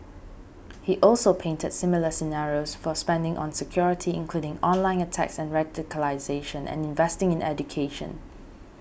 he also painted similar scenarios for spending on security including online attacks and radicalisation and investing in education